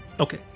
okay